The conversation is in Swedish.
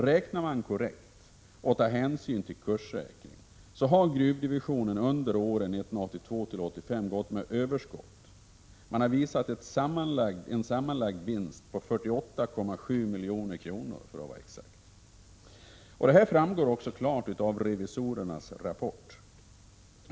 Om man räknar korrekt och tar hänsyn till kurssäkring finner man att gruvdivisionen under åren 1982-1985 gått med överskott och visat en sammanlagd vinst på 48,7 milj.kr. för att vara exakt. Detta framgår också klart av revisorernas rapport.